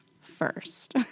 first